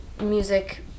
music